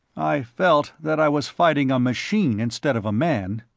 i felt that i was fighting a machine instead of a man.